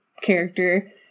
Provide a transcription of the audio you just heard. character